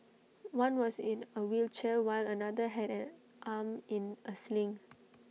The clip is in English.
one was in A wheelchair while another had an arm in A sling